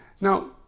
Now